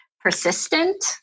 persistent